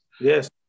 yes